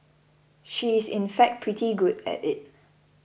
she is in fact pretty good at it